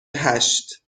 هشت